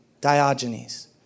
Diogenes